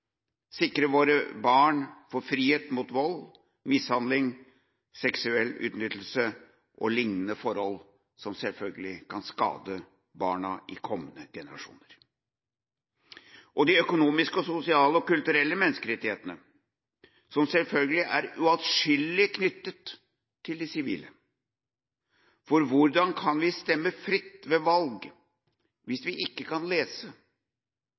sikre våre barn frihet fra vold, mishandling, seksuell utnyttelse og lignende forhold, som selvfølgelig kan skade barna i kommende generasjoner. Jeg vil også trekke fram de økonomiske, sosiale og kulturelle menneskerettighetene, som selvfølgelig er uatskillelig knyttet til de sivile. For hvordan kan vi stemme fritt ved valg hvis vi ikke kan lese?